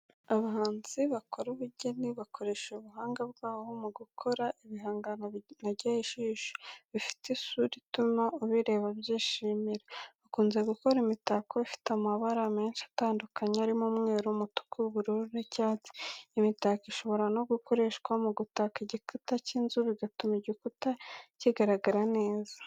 Abahanzi bakora ubugeni bakoresha ubuhanga bwabo mu gukora ibihangano binogeye ijisho, bifite isura ituma ubireba abyishimira. Bakunze gukora imitako ifite amabara menshi atandukanye arimo: umweru, umutuku, ubururu n'icyatsi. Iyi mitako ishobora no gukoreshwa mu gutaka igikuta cy'inzu, bigatuma igikuta kigaragara neza.